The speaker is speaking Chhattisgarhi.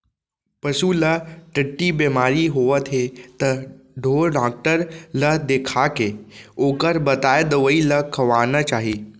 पसू ल टट्टी बेमारी होवत हे त ढोर डॉक्टर ल देखाके ओकर बताए दवई ल खवाना चाही